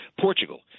portugal